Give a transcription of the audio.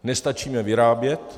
Nestačíme vyrábět.